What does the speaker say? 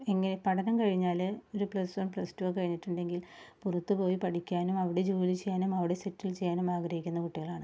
ഇങ്ങനെ പഠനം കഴിഞ്ഞാൽ ഒരു പ്ലസ് വണ് പ്ലസ് ടു കഴിഞ്ഞിട്ടുണ്ടെങ്കിൽ പുറത്ത് പോയി പഠിക്കാനും അവിടെ ജോലി ചെയ്യാനും അവിടെ സെറ്റില് ചെയ്യാനും ആഗ്രഹിക്കുന്ന കുട്ടികളാണ്